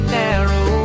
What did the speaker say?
narrow